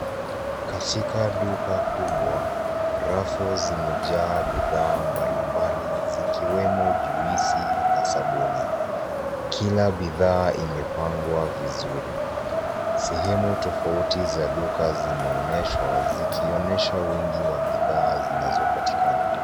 Katika duka kubwa rafu zimejaa bidhaa mbalimbali zikiwemo juisi na sabuni, kila bidhaa imepangwa vizuri, sehemu tofauti za duka zinaoneshwa zikionyesha wingi wa bidhaa zinazopatikana.